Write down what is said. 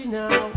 now